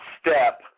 step